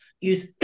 use